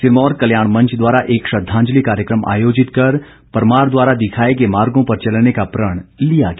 सिरमौर कल्याण मंच द्वारा एक श्रद्धांजलि कार्यक्रम आयोजित कर परमार द्वारा दिखाए गए मार्गों पर चलने का प्रण लिया गया